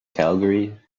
calgary